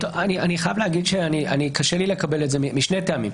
אני חייב לומר שקשה לי לקבל את זה וזאת משני טעמים.